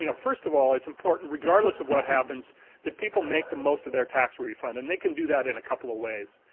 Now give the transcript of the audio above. you know first of all it's important regardless of what happens that people make the most of their tax refund and they can do that in a couple of ways.